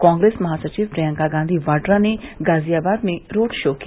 कांग्रेस महासचिव प्रियंका गांधी बाड्रा ने गाजियाबाद में रोड शो किया